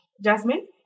Jasmine